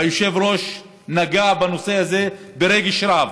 והיושב-ראש נגע בנושא הזה ברגש רב: